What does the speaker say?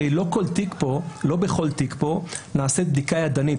הרי לא בכל תיק פה נעשית בדיקה ידנית,